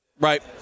Right